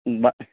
بہٕ